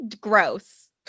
Gross